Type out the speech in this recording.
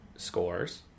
scores